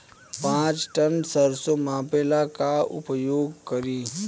पाँच टन सरसो मापे ला का उपयोग करी?